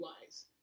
wise